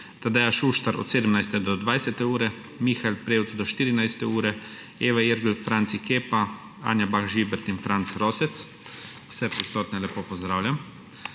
Tadeja Šuštar od 17. do 20. ure, Mihael Prevc do 14. ure, Eva Irgl, Franci Kepa, Anja Bah Žibert in Franc Rosec. Vse prisotne lepo pozdravljam!